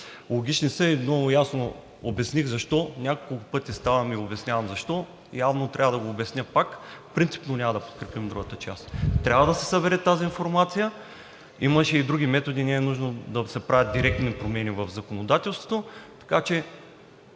Логични са и много ясно обясних защо няколко пъти ставам и обяснявам защо, явно трябва да го обясня пак. Принципно няма да подкрепим другата част. Трябва да се събере тази информация. Имаше и други методи – не е нужно да се правят директни промени в законодателството, така че